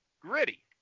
Gritty